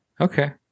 Okay